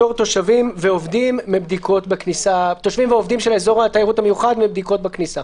לפטור תושבים ועובדים של אזור התיירות המיוחד מבדיקות בכניסה.